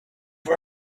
for